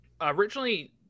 originally